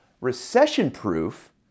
recession-proof